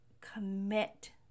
commit